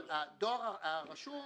אבל דואר רשום